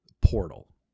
portal